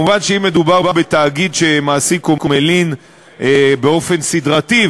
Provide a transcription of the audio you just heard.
מובן שאם מדובר בתאגיד שמעסיק או מלין באופן סדרתי,